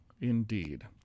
Indeed